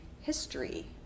history